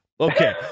Okay